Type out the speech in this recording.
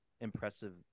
impressive